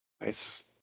Nice